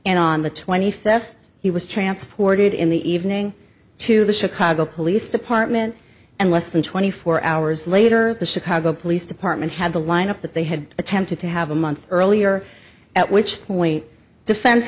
and on the twenty fifth he was transported in the evening to the chicago police department and less than twenty four hours later the chicago police department had the line up that they had attempted to have a month earlier at which point defense